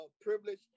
privilege